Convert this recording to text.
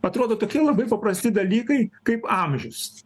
atrodo tokie labai paprasti dalykai kaip amžius